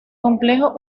complejo